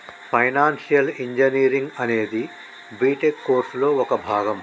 financial engineering అనేది BTech కోర్సులో ఒక భాగం